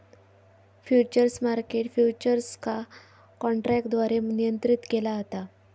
futures market futures का काँट्रॅकद्वारे नियंत्रीत केला जाता